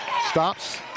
stops